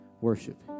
worship